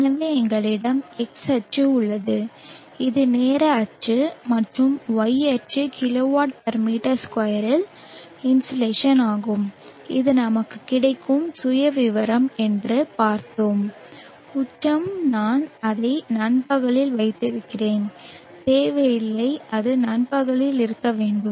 எனவே எங்களிடம் x அச்சு உள்ளது இது நேர அச்சு மற்றும் y அச்சு kW m2 இன் இன்சோலேஷன் ஆகும் இது நமக்கு கிடைக்கும் சுயவிவரம் என்று பார்த்தோம் உச்சம் நான் அதை நண்பகலில் வைத்திருக்கிறேன் தேவையில்லை அது நண்பகலில் இருக்க வேண்டும்